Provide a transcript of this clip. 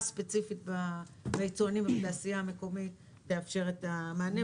ספציפית ביצואנים ובתעשייה המקומית תאפשר את המענה.